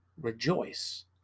rejoice